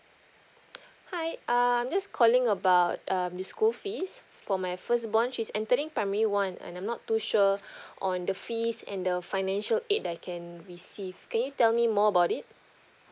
hi err I'm just calling about um the school fees for my firstborn she's entering primary one and I'm not too sure on the fees and the financial aid that I can receive can you tell me more about it